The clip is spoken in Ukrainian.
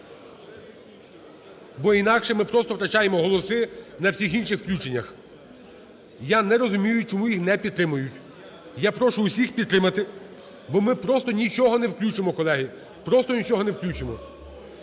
бо інакше ми просто втрачаємо голоси на всіх інших включеннях. Я не розумію, чому їх не підтримують. Я прошу усіх підтримати, бо ми просто нічого не включимо, колеги, просто нічого не включимо.